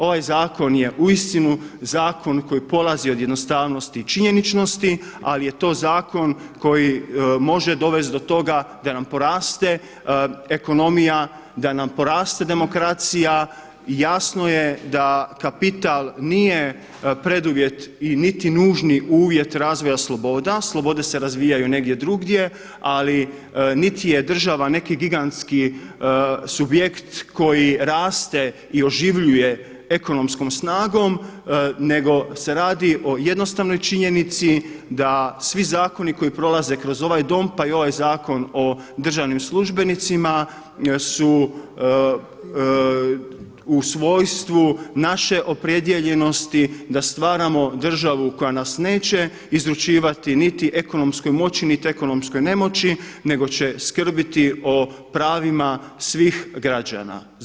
Ovaj zakon je uistinu zakon koji polazi od jednostavnosti i činjeničnosti ali je to zakon koji može dovesti do toga da nam poraste ekonomija, da nam poraste demokracija i jasno je da kapital nije preduvjet i niti nužni uvjet razvoja sloboda, slobode se razvijaju negdje drugdje ali niti je država neki gigantski subjekt koji raste i oživljuje ekonomskom snagom nego se radi o jednostavnoj činjenici da svi zakoni koji prolaze kroz ovaj Dom pa i ovaj Zakon o državnim službenicima su u svojstvu naše opredijeljenosti da stvaramo državu koja nas neće izručivati niti ekonomskoj moći niti ekonomskoj nemoći nego će skrbiti o pravima svih građana. o pravima svih građana.